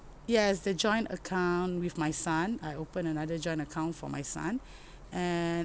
yes the joint account with my son I open another joint account for my son and